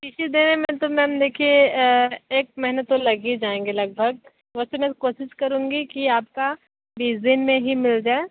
T C देने में तो मैम देखिए एक महीना तो लग ही जाएंगे लगभग वैसे मैं कोशिश करूंगी कि आपका बीस दिन में ही मिल जाए